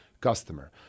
customer